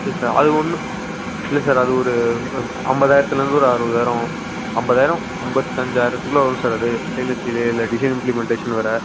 okay sir அது ஒன்றும் இல்லை சார் அது ஒரு ஐம்பது ஆயிரத்துலேருந்து ஒரு அறுபது ஆயிரம் ஐம்பது ஆயிரம் ஐம்பத்து அஞ்சாயிரத்துக்குள்ள வரும் சார் அது ஸ்டெயின்லெஸ் ஸ்டீலு இல்லை டிசைன் இம்பிளிமெண்டேஷன் வேறு